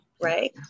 Right